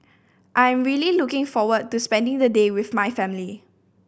I'm really looking forward to spending the day with my family